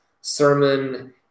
Sermon